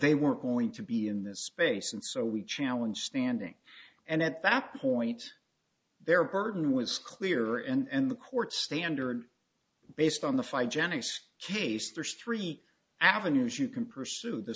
they weren't going to be in this space and so we challenge standing and at that point their burden was clear and the court standard based on the five generous case there's three avenues you can pursue the